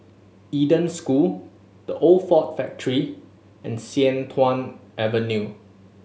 Eden School The Old Ford Factory and Sian Tuan Avenue